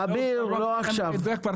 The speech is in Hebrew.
אביר, לא עכשיו.